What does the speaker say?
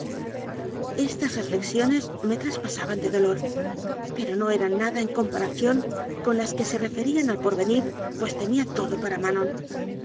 estas reflexiones me traspasaban de dolor pero no eran nada en comparación con las que se refe rían al porvenir pues temía todo por manon